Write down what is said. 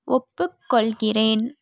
ஒப்புக்கொள்கிறேன்